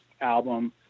album